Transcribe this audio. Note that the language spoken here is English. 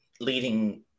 leading